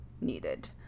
needed